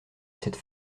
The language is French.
cette